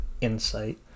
insight